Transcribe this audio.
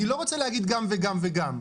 אני לא רוצה להגיד גם וגם וגם.